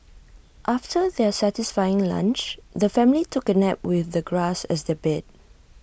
after their satisfying lunch the family took A nap with the grass as their bed